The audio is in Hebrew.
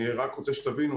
אני רק רוצה שתבינו,